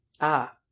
Ah